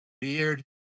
beard